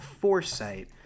foresight